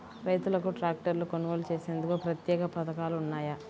రైతులకు ట్రాక్టర్లు కొనుగోలు చేసేందుకు ప్రత్యేక పథకాలు ఉన్నాయా?